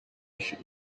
should